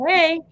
Hey